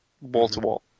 wall-to-wall